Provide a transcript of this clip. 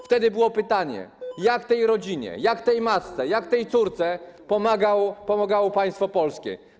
Wtedy było pytanie, jak tej rodzinie, jak tej matce, jak tej córce pomagało państwo polskie.